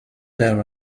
there